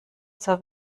zur